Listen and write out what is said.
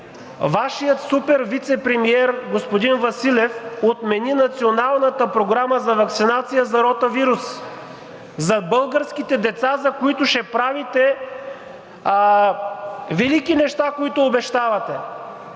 Вашият супер вицепремиер господин Василев отмени Националната програма за ваксинация за ротавирус за българските деца, за които ще правите велики неща, които обещавате.